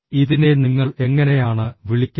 ഇതിനെ നിങ്ങൾ എങ്ങനെയാണ് വിളിക്കുന്നത്